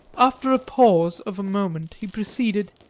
after a pause of a moment, he proceeded,